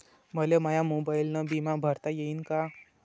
मले माया मोबाईलनं बिमा भरता येईन का?